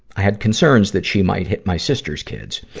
i had concerns that she might hit my sister's kids.